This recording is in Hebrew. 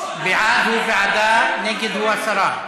בעד הוא ועדה, נגד הוא הסרה.